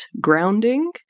grounding